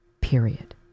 period